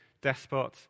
despot